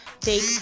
take